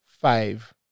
five